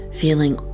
feeling